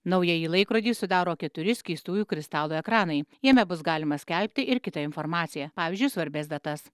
naująjį laikrodį sudaro keturi skystųjų kristalų ekranai jame bus galima skelbti ir kitą informaciją pavyzdžiui svarbias datas